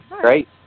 Great